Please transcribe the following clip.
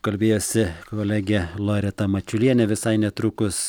kalbėjosi kolegė loreta mačiulienė visai netrukus